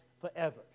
forever